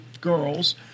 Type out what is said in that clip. girls